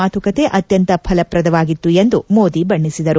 ಮಾತುಕತೆ ಅತ್ಯಂತ ಫಲಪ್ರದವಾಗಿತ್ತು ಎಂದು ಮೋದಿ ಬಣ್ಣಿಸಿದರು